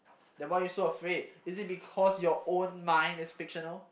then why you so afraid is it because your own mind is fictional